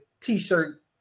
t-shirt